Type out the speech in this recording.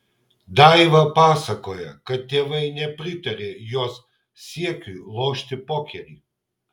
daiva pasakoja kad tėvai nepritarė jos siekiui lošti pokerį